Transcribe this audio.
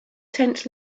tent